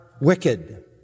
wicked